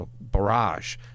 barrage